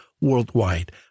worldwide